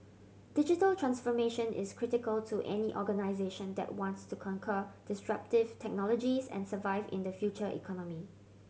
digital transformation is critical to any organisation that wants to conquer disruptive technologies and survive in the future economy